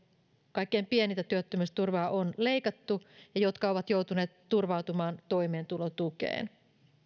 kaikkein pienintä työttömyysturvaa on leikattu ja jotka ovat joutuneet turvautumaan toimeentulotukeen